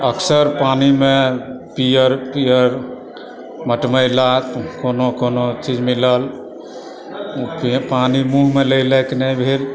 अक्सर पानिमे पिअर पिअर मटमैला कोनो कोनो चीज मिलल पानि मुँहमे लय लायक नहि भेल